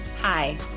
Hi